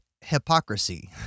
hypocrisy